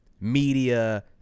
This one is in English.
media